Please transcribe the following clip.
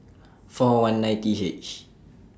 four one nine T H